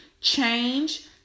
change